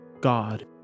God